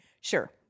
Sure